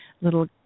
little